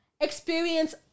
Experience